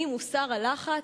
האם הוסר הלחץ?